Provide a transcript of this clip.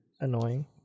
annoying